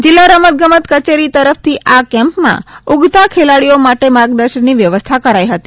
જીલ્લા રમતગમત કચેરી તરફથી આ કેમ્પમાં ઊગતા ખેલાડીઓ માટે માર્ગદર્શનની વ્યવસ્થા કરાઇ હતી